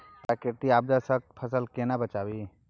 प्राकृतिक आपदा सं फसल केना बचावी?